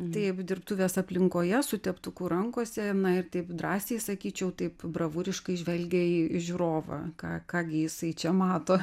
taip dirbtuvės aplinkoje su teptuku rankose ir taip drąsiai sakyčiau taip bravūriškai žvelgia į žiūrovą ką ką gi jisai čia mato